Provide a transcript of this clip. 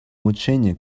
улучшение